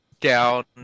down